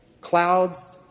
Clouds